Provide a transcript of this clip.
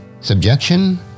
Subjection